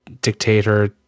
dictator